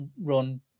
run